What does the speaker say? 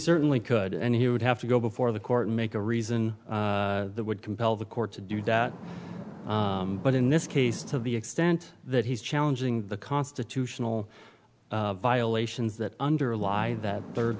certainly could and he would have to go before the court and make a reason that would compel the court to do that but in this case to the extent that he's challenging the constitutional violations that underlie that third